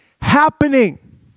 happening